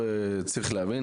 צריך להבין,